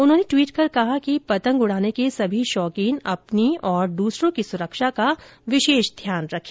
उन्होंने ट्वीट कर कहा कि प्तंग उड़ाने के सभी शौकीन अपनी और दूसरों की सुरक्षा का विशेष ध्यान रखें